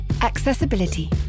Accessibility